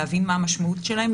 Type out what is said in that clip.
להבין מה המשמעות שלהם,